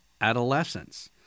adolescence